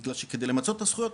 בגלל שכדי למצות את הזכויות,